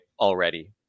Already